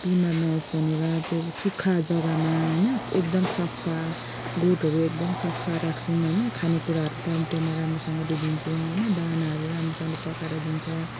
बिमार नहोस् भनेर त्यो सुक्खा जग्गामा होइन एकदम सफा गोठहरू एकदम सफा राख्छौँ होइन खानेकुराहरू टाइम टाइममा राम्रोसँगले दिन्छौँ होइन दानाहरू राम्रोसँगले पकाएर दिन्छ